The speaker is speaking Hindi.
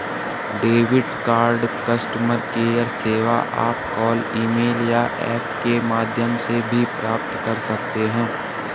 डेबिट कार्ड कस्टमर केयर सेवा आप कॉल ईमेल या ऐप के माध्यम से भी प्राप्त कर सकते हैं